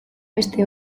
beste